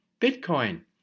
Bitcoin